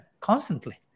constantly